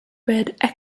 read